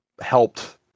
helped